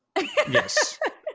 Yes